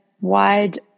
wide